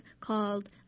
called